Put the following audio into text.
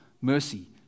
mercy